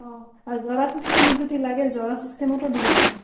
অঁ আৰু যোৰা ছিষ্টেমত যদি লাগে যোৰা ছিষ্টেমতো দিবা পাম